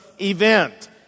event